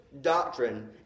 doctrine